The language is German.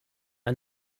ein